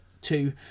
two